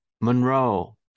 Monroe